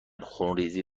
خونریزی